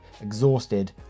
exhausted